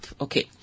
Okay